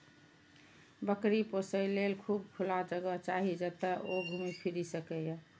बकरी पोसय लेल खूब खुला जगह चाही, जतय ओ घूमि फीरि सकय